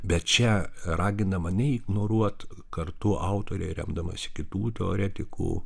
bet čia ragindama ne ignoruot kartu autorė remdamasi kitų teoretikų